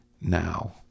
now